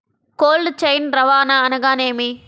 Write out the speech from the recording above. Cold chain రవాణా అనగా నేమి?